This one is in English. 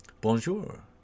Bonjour